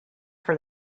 for